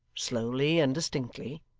slowly and distinctly